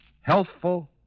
Healthful